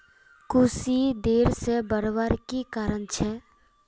कुशी देर से बढ़वार की कारण छे?